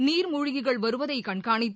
நீர்மூழ்கிகள் வருவதை கண்காணித்து